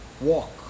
walk